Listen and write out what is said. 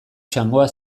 txangoa